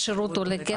השירות עולה כסף?